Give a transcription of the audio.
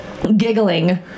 Giggling